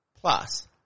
Plus